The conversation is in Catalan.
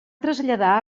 traslladar